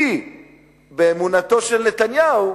באמונתו של נתניהו,